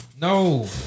No